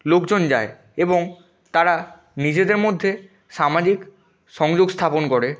লোকজন যায় এবং তারা নিজেদের মধ্যে সামাজিক সংযোগ স্থাপন করে